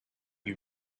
you